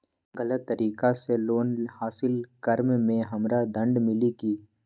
गलत तरीका से लोन हासिल कर्म मे हमरा दंड मिली कि?